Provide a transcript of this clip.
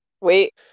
Wait